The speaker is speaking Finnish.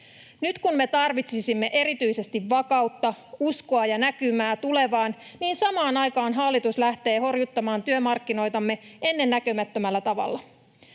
Nyt kun me tarvitsisimme erityisesti vakautta, uskoa ja näkymää tulevaan, niin samaan aikaan hallitus lähtee horjuttamaan työmarkkinoitamme ennennäkemättömällä tavalla.